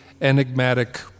enigmatic